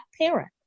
parent